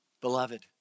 beloved